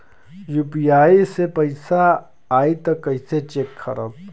UPI से पैसा आई त कइसे चेक खरब?